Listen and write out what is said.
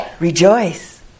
Rejoice